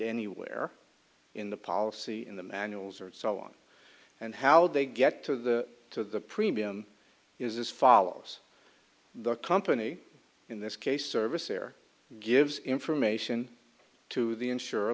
anywhere in the policy in the manuals or so on and how they get to the to the premium is this follows the company in this case service there gives information to the insure